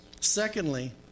Secondly